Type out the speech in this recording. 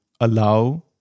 allow